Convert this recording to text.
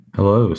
Hello